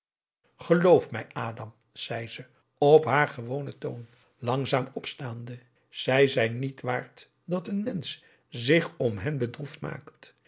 geloof mij adam zei ze op haar gewonen toon langzaam opstaande zij zijn niet waard dat een mensch zich om hen bedroefd maakt